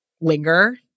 linger